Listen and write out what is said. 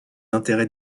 intérêts